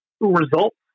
results